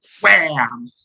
wham